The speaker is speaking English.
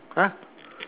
!huh!